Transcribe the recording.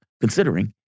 considering